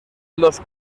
los